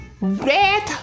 Red